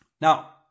now